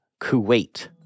Kuwait